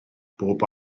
bob